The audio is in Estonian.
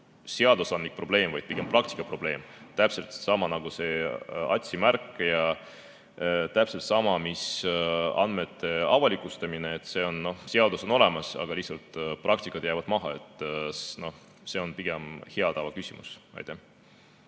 seadusandlik probleem, vaid pigem praktika probleem. Täpselt seesama, nagu see AK‑märge, ja täpselt sama, mis andmete avalikustamine, et seadus on olemas, aga lihtsalt praktika jääb maha. Nii et see on pigem hea tava küsimus. Aitäh!